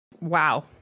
Wow